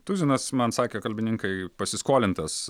tuzinas man sakė kalbininkai pasiskolintas